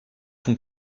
font